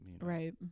right